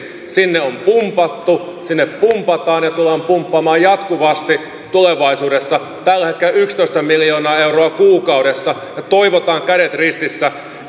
sinne on pumpattu sinne pumpataan ja tullaan pumppaamaan jatkuvasti tulevaisuudessa tällä hetkellä yksitoista miljoonaa euroa kuukaudessa ja toivotaan kädet ristissä